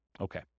Okay